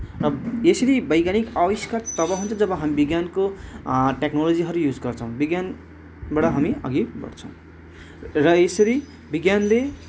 र यसरी वैज्ञानिक आविष्कार तब हुन्छ जब हामी विज्ञानको टेक्नोलोजीहरू युज गर्छौँ विज्ञानबाट हामी अघि बढ्छौँ र यसरी विज्ञानले